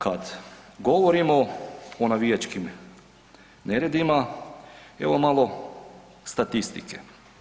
Kad govorimo o navijačkim neredima evo malo statistike.